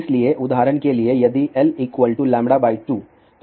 इसलिए उदाहरण के लिए यदि l λ 2